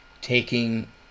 taking